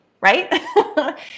right